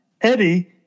Eddie